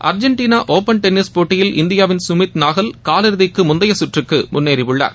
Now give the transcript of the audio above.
Argentina open tennis போட்டியில் இந்தியாவின் சுமித் நாகல் னலிறுதிக்கு முந்தைய கற்றுக்கு முன்னேறியுள்ளார்